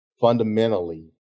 fundamentally